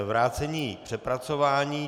Vrácení k přepracování.